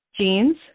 jeans